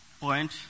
point